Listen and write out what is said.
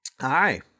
Hi